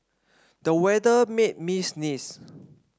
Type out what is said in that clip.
the weather made me sneeze